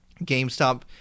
GameStop